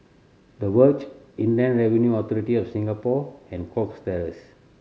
The Verge Inland Revenue Authority of Singapore and Cox Terrace